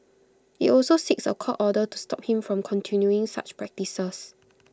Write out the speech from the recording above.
IT also seeks A court order to stop him from continuing such practices